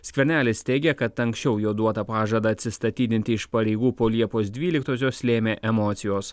skvernelis teigia kad anksčiau jo duotą pažadą atsistatydinti iš pareigų po liepos dvyliktosios lėmė emocijos